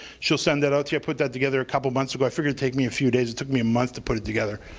she'll send that out to you. i put that together a couple months ago, i figured it'd take me a few days, it took me a month to put it together.